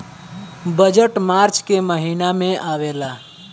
budget मार्च के महिना में आवेला